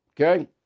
Okay